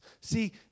See